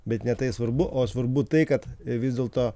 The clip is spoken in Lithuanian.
bet ne tai svarbu o svarbu tai kad vis dėlto